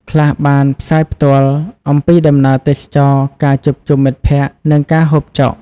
ខ្លះបានផ្សាយផ្ទាល់ អំពីដំណើរទេសចរណ៍ ការជួបជុំមិត្តភក្តិ និងការហូបចុក។